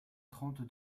trente